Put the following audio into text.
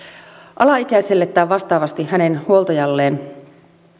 alaikäiselle tai vastaavasti hänen huoltajalleen